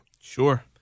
Sure